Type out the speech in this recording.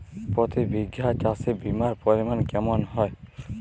প্রতি বিঘা চাষে বিমার পরিমান কেমন হয়?